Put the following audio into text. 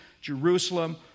Jerusalem